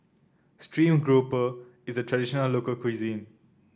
stream grouper is a traditional local cuisine